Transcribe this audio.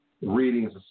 readings